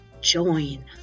join